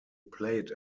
played